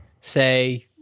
say